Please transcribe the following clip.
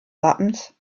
wappens